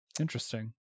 Interesting